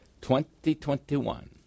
2021